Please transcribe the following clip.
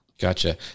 Gotcha